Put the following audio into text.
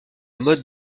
mode